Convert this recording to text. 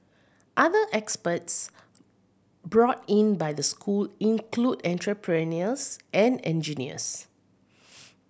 other experts brought in by the school include entrepreneurs and engineers